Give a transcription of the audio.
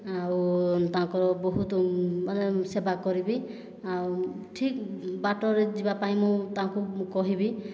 ଆଉ ତାଙ୍କର ବହୁତ ମାନେ ସେବା କରିବି ଆଉ ଠିକ୍ ବାଟରେ ଯିବାପାଇଁ ମୁଁ ତାଙ୍କୁ କହିବି